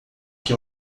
que